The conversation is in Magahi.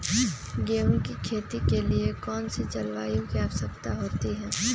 गेंहू की खेती के लिए कौन सी जलवायु की आवश्यकता होती है?